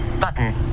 button